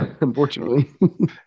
unfortunately